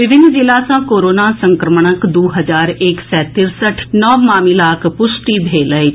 विभिन्न जिला सॅ कोरोना संक्रमणक दू हजार एक सय तिरसठि नव मामिलाक पुष्टि भेल अछि